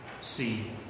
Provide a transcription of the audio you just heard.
See